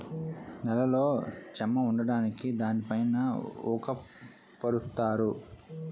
నేలలో చెమ్మ ఉండడానికి దానిపైన ఊక పరుత్తారు